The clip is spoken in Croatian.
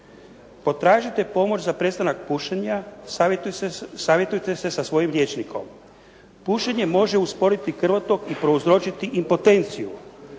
"Potražite pomoć za prestanak pušenja, savjetujte se sa svojim liječnikom", "Pušenje može usporiti krvotok i prouzročiti impotenciju",